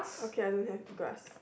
okay I don't have grass